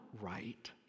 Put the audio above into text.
right